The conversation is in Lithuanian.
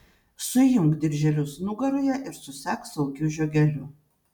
suimk dirželius nugaroje ir susek saugiu žiogeliu